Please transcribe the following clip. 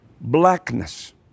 blackness